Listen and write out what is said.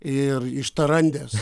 ir iš tarandės